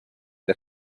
the